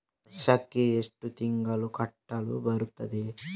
ವರ್ಷಕ್ಕೆ ಎಷ್ಟು ತಿಂಗಳು ಕಟ್ಟಲು ಬರುತ್ತದೆ?